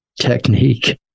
technique